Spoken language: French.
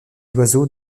oiseaux